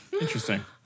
Interesting